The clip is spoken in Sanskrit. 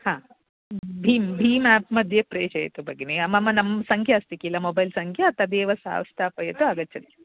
हा भीम् भीम् आप्मध्ये प्रेषयतु भगिनि मम नम् सङ्ख्या अस्ति किल मोबैल् सङ्ख्या तदेव सा स्थापयतु आगच्छति